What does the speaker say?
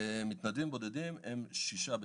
ולמתנדבים בודדים הם שישה בדירה.